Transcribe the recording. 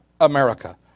America